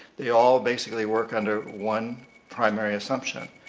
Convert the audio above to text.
they all basically work under one primary assumption,